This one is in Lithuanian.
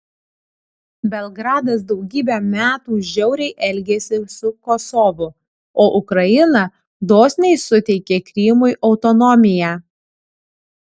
belgradas daugybę metų žiauriai elgėsi su kosovu o ukraina dosniai suteikė krymui autonomiją